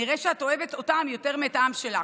נראה שאת אוהבת אותם יותר מאשר את העם שלך.